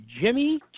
Jimmy